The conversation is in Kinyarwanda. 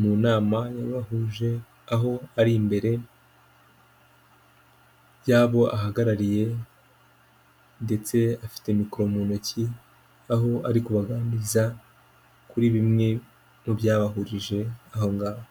mu nama yabahuje, aho ari imbere y'abo ahagarariye ndetse afite mikoro mu ntoki, aho ari kubaganiriza kuri bimwe mu byabahurije aho ngaho.